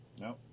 No